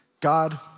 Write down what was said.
God